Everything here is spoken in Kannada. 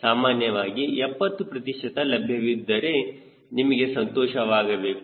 ಸಾಮಾನ್ಯವಾಗಿ 70 ಪ್ರತಿಶತ ಲಭ್ಯವಿದ್ದರೆ ನಿಮಗೆ ಸಂತೋಷವಾಗಬೇಕು